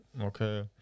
Okay